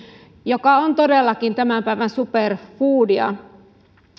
joka on todellakin tämän päivän superfoodia